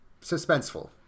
suspenseful